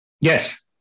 yes